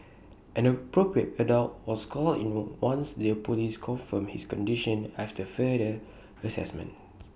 an appropriate adult was called in once the Police confirmed his condition after further Assessment